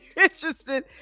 interested